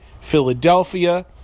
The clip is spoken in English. Philadelphia